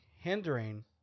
hindering-